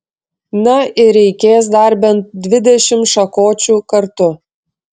na ir reikės dar bent dvidešimt šakočių kartu